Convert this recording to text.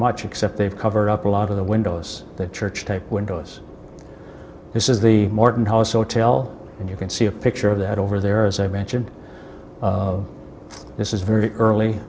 much except they've covered up a lot of the windows the church type windows this is the morton house hotel and you can see a picture of that over there as i mentioned this is very early